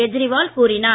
கெஜ்ரிவால் கூறினார்